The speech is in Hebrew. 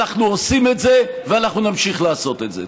אנחנו עושים את זה ואנחנו נמשיך לעשות את זה.